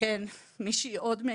"כן, עוד מישהי